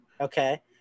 Okay